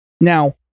Now